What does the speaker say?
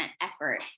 effort